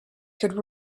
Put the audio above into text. could